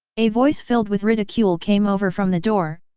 a voice filled with ridicule came over from the door,